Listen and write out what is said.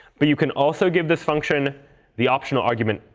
but you can also give this function the optional argument,